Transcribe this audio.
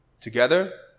Together